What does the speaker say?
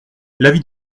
l’avis